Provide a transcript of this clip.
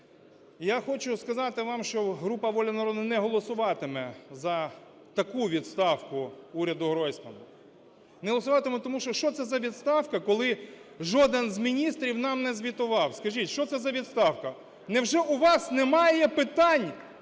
Я хочу сказати вам, що група "Воля народу" не голосуватиме за таку відставку уряду Гройсмана. Не голосуватиме, тому що, що це за відставка, коли жоден з міністрів нам не звітував, скажіть, що це за відставка? Невже у вас немає питань